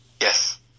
yes